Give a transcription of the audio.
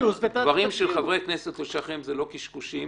דברים של חברי כנסת ושל אחרים זה לא קשקושים,